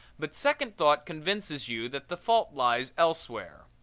but second thought convinces you that the fault lies elsewhere.